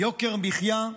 יוקר המחיה,